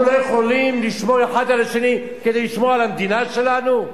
אנחנו לא יכולים לשמור האחד על השני כדי לשמור על המדינה שלנו?